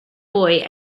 boy